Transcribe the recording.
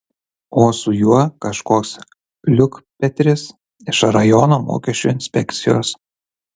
o su juo kažkoks liukpetris iš rajono mokesčių inspekcijos